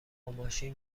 ماشین